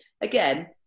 Again